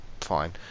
fine